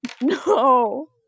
No